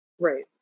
Right